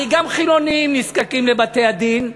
הרי גם חילוניים נזקקים לבתי-הדין,